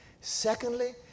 Secondly